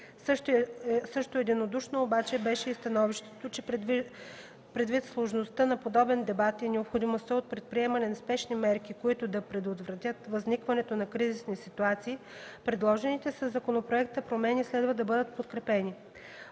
Също единодушно обаче беше и становището, че предвид сложността на подобен дебат и необходимостта от предприемане на спешни мерки, които да предотвратят възникването на кризисни ситуации, предложените със законопроекта промени следва да бъдат подкрепени.